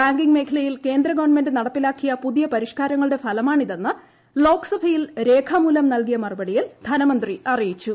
banking മേഖലയിൽ കേന്ദ്രഗവൺമെന്റ് നടപ്പിലാക്കിയ പുതിയ പരിഷ്കാരങ്ങളുടെ ഫലമാണ് ഇതെന്ന് ലോക്സഭയിൽ രേഖാമൂലം നൽകിയ മറുപടിയിൽ ധനമന്ത്രി അറിയിച്ചു